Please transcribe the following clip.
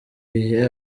gihe